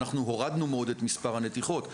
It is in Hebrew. אנחנו הורדנו מאוד את מספר הנתיחות.